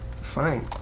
Fine